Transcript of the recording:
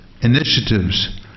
initiatives